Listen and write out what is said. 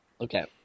okay